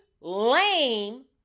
lame